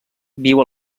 viu